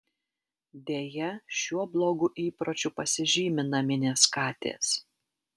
deja šiuo blogu įpročiu pasižymi naminės katės